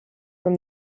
from